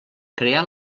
crear